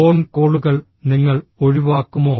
phone കോളുകൾ നിങ്ങൾ ഒഴിവാക്കുമോ